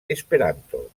esperanto